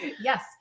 Yes